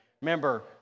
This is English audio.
Remember